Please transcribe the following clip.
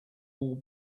all